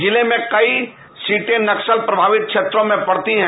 जिले में कई सीटें नक्सल प्रभावित क्षेत्रों में पडती है